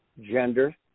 gender